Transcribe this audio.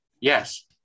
Yes